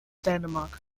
dänemark